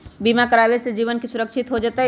बीमा करावे से जीवन के सुरक्षित हो जतई?